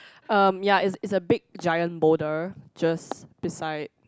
um ya it's it's a big giant boulder just beside